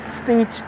speech